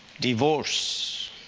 Divorce